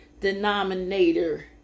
denominator